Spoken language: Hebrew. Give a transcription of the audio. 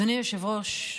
אדוני היושב-ראש,